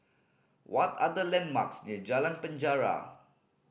what are the landmarks near Jalan Penjara